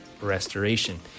restoration